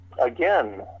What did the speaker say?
Again